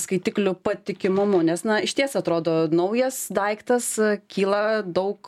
skaitiklių patikimumu nes na išties atrodo naujas daiktas kyla daug